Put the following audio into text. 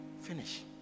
finish